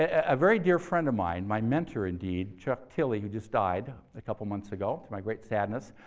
a very dear friend of mine, my mentor indeed, chuck tilley, who just died a couple months ago, to my great sadness,